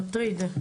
מטריד.